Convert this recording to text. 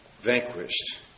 vanquished